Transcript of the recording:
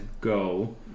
go